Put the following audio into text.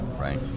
right